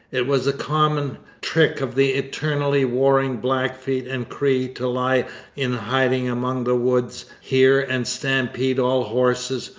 it was a common trick of the eternally warring blackfeet and cree to lie in hiding among the woods here and stampede all horses,